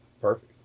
perfect